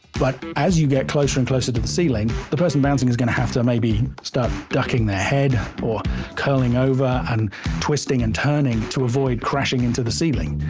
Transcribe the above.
but as you get closer and closer to the ceiling, the person bouncing is going to have to maybe start ducking their head or curling over, and twisting and turning to avoid crashing into the ceiling.